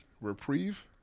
reprieve